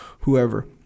whoever